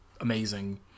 amazing